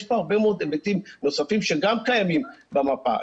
יש פה הרבה מאוד היבטים נוספים שגם קיימים במפה.